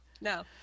no